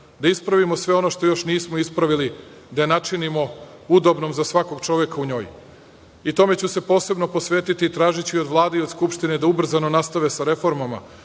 da ispravimo sve ono što još nismo ispravili, da je načinimo udobnom za svakog čoveka u njoj. Tome ću se posebno posvetiti i tražiću i od Vlade i od Skupštine da ubrzano nastave sa reformama,